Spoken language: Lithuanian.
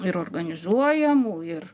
ir organizuojamų ir